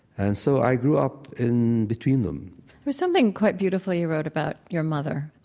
and so i grew up in between them there's something quite beautiful you wrote about your mother.